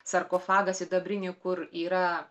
sarkofagą sidabrinį kur yra